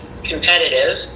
Competitive